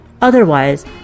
Otherwise